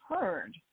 heard